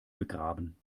begraben